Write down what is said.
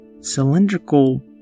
cylindrical